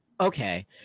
Okay